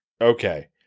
okay